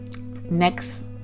next